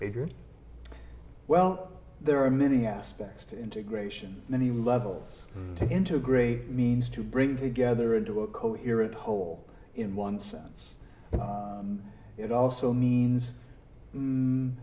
major well there are many aspects to integration many levels to integrate means to bring together into a coherent whole in one sense it also means